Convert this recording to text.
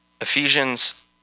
Ephesians